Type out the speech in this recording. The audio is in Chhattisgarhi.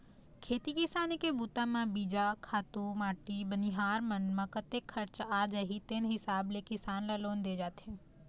खेती किसानी के बूता म बीजा, खातू माटी बनिहार मन म कतेक खरचा आ जाही तेन हिसाब ले किसान ल लोन दे जाथे